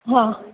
हा